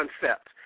Concept